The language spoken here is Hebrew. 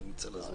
יכול לכנס.